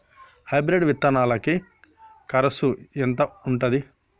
Hybrid విత్తనాలకి కరుసు ఎంత ఉంటది?